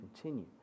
continue